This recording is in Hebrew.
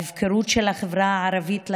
ההפקרות של הפשיעה בחברה הערבית,